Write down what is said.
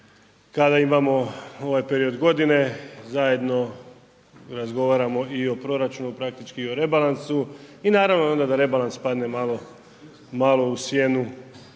kada imamo ovaj period godine, zajedno razgovaramo i o proračunu, praktički i o rebalansu i naravno na rebalans padne malo u sjenu